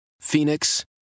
Phoenix